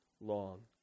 long